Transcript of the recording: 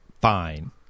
Fine